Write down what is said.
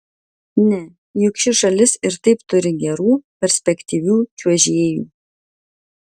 ne juk ši šalis ir taip turi gerų perspektyvių čiuožėjų